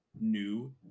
new